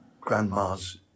grandma's